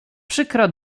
przykra